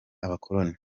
abakoloni